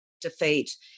defeat